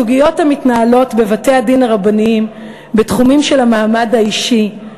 הסוגיות המתנהלות בבתי-הדין הרבניים בתחומים של המעמד האישי,